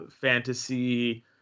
fantasy